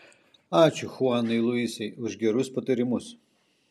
ačiū chuanai luisai už gerus patarimus